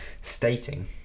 stating